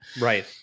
right